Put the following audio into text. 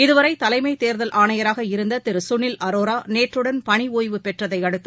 இதுவரை தலைமை தேர்தல் ஆணையராக இருந்த திரு சுனில் அரோரா நேற்றுடன் பணி ஓய்வு பெற்றதையடுத்து